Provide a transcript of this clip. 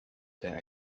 that